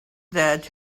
that